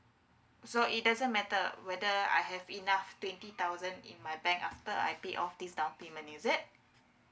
so it doesn't matter whether I have enough twenty thousand in my bank after I pay off this down payment is it